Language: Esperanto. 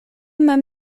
mem